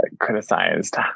criticized